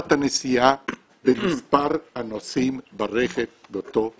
שעת הנסיעה ומספר הנוסעים ברכב באותו זמן.